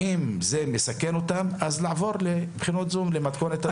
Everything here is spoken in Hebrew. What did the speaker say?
ואם זה מסכן אותם, אז לעבור לבחינות במתכונת זום.